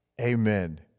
Amen